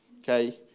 okay